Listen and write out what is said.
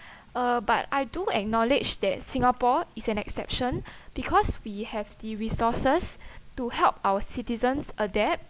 uh but I do acknowledge that singapore is an exception because we have the resources to help our citizens adapt